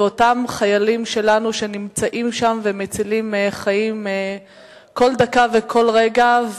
ואותם חיילים שלנו שנמצאים שם ומצילים חיים כל דקה וכל רגע.